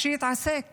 אז שיתעסק